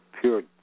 pure